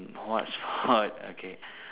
what sport okay